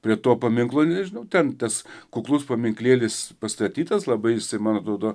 prie to paminklo nežinau ten tas kuklus paminklėlis pastatytas labai jisai man atrodo